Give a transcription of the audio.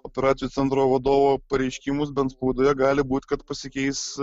operacijų centro vadovo pareiškimus bent spaudoje gali būt kad pasikeis